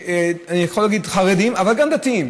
אני יכול להגיד חרדים אבל גם דתיים,